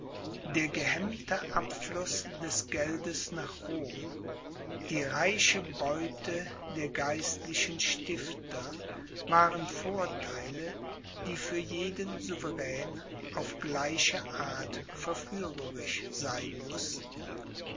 der gehemmte abfluß des geldes nach rom die reiche beute der geistlichen stifter waren vortheile die für jeden souverän auf gleiche art verführerisch sein mußten